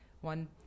one